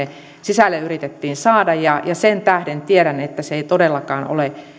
sisälle yritettiin saada sen tähden tiedän että se ei todellakaan ole